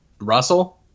Russell